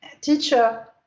teacher